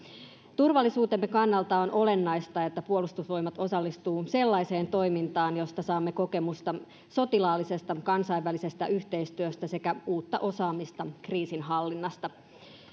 turvallisuutemme kannalta on olennaista että puolustusvoimat osallistuu sellaiseen toimintaan josta saamme kokemusta sotilaallisesta kansainvälisestä yhteistyöstä sekä uutta osaamista kriisinhallinnasta